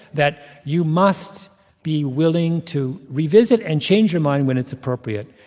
that you must be willing to revisit and change your mind when it's appropriate.